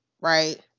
right